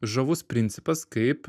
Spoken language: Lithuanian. žavus principas kaip